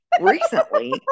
recently